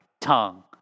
tongue